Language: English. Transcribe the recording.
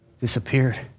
disappeared